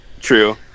true